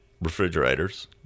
refrigerators